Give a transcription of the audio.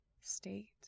state